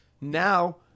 Now